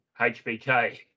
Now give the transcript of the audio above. HBK